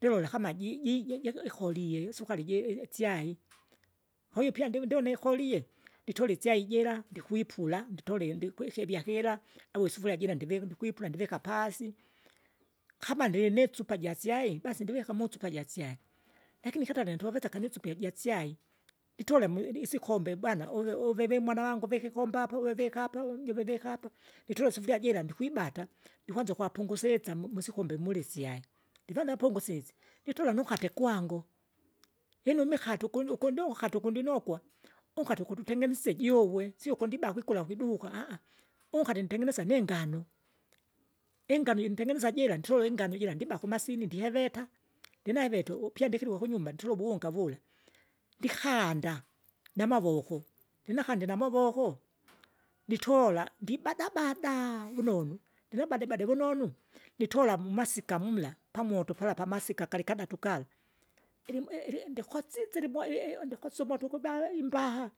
Ndilole kama jiji jeje ikolie isukari jeje chai, kwahiyo pya ndivu- ndivune, nditole isyai jira ndikwipula, nditole ndipwikivya kira, au isurifia jira ndivi ndikwipula ndivika pasi, kama ndrinisupajasyai basi, basi ndivika musupa jasyai lakini katale ndogeseka nusupa ijasyai, nditole mu insikombe bwana uwe uve vimwana vangu vika kumbapa uwivika apa ungivi vikapa, nitole isufuria jira ndikwibata ndikwanza ukwapungusisa mu- musikombe mulisya. Ndiva napungusise, nditula nunkate kwangu, lino imikate ukundu ukundu unkate ukundinokwa, unkate ukutungenise jiuwe sio ukundibakwe ikula kwiduka. Unkate ntengenesa nengano, ingano jintengenesa jira ntrole ingano jira ndiba kumasini ndiheveta, ndinahevete, ndinaheveta upyandikiliwe kunymba ntulube unga vula. Ndikanda, namavoko, ndinakande namavoko, nditola, ndibadabada vunonu, ndinabadebade vunonu? nitola mumasika mula, pamoto pala pamasika galikadatu kala, ilimwi illi ndikwasise ilimwai i- i- ndikosya ukuva imbaha,